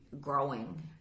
growing